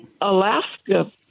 Alaska